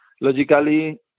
logically